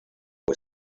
was